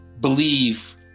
believe